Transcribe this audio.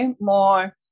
more